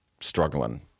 struggling